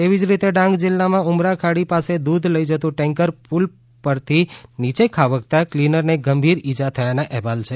તેવી જ રીતે ડાંગ જિલ્લામાં ઉમરાખાડી પાસે દૂધ લઈ જતું ટેંકર પૂલ પૂરથી નીચે ખાબકતાં ક્લીનરને ગંભીર ઈજા થયાનાં અહેવાલ છે